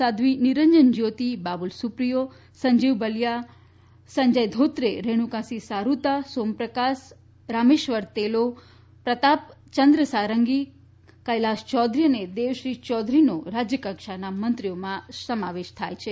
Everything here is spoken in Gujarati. સાધ્વી નિરંજન જ્યોતી બાબુલ સુપ્રિયો સંજીવ બલિયા સંજય ધોત્રે રેણુકા સિંફ સારૂતા સોમ પ્રકાશ રામેશ્વર તેલો પ્રતાપ ચંદ્ર સારંગી કૈલાશત ચૌધરી અને દેવશ્રી ચૌધરીનો રાજ્ય કક્ષાના મંત્રીઓમાં સમાવેશ થાય છે